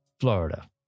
Florida